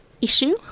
issue